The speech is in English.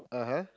(uh huh)